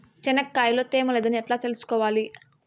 చెనక్కాయ లో తేమ లేదని ఎట్లా తెలుసుకోవాలి?